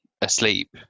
asleep